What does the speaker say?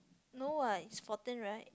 no what it's fourteen right